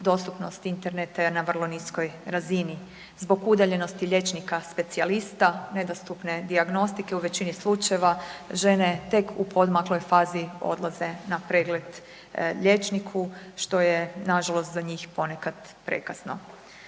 dostupnosti interneta jer na vrlo niskoj razini. Zbog udaljenosti liječnika specijalista, nedostupne dijagnostike u većini slučajeva, žene tek u poodmakloj fazi odlaze na pregled liječniku što je nažalost za njih ponekad prekasno.